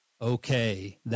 Okay